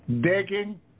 digging